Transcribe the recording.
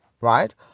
right